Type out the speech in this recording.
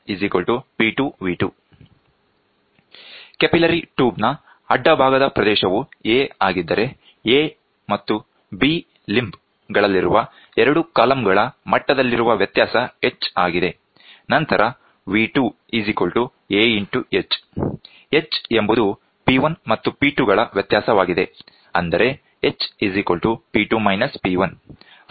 ನಂತರ P1V1P2V2 capillary ಟ್ಯೂಬ್ನ ಅಡ್ಡಭಾಗದ ಪ್ರದೇಶವು a ಆದರೆ A ಮತ್ತು B ಲಿಂಬ್ ಗಳಲ್ಲಿರುವ 2 ಕಾಲಂಗಳ ಮಟ್ಟದಲ್ಲಿರುವ ವ್ಯತ್ಯಾಸh ಆಗಿದೆ ನಂತರ V2ah h ಎಂಬುದು P1 ಮತ್ತು P2 ಗಳ ವ್ಯತ್ಯಾಸವಾಗಿದೆ ಅಂದರೆ hP2 P1